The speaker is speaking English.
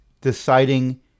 deciding